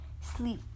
sleep